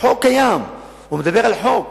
החוק קיים, הוא מדבר על החוק.